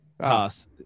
Pass